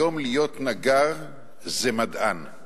היום להיות נגר זה מדען.